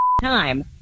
time